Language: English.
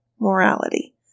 morality